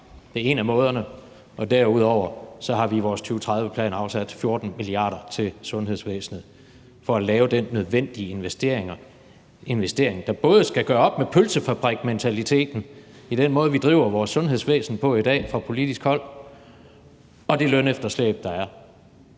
Det er en af måderne, og derudover har vi i vores 2030-plan afsat 14 mia. kr. til sundhedsvæsenet for at lave den nødvendige investering, der både skal gøre op med pølsefabrikmentaliteten i den måde, vi driver vores sundhedsvæsen på i dag fra politisk hold, og det lønefterslæb, der er.